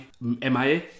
MIA